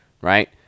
Right